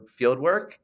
fieldwork